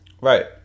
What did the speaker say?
Right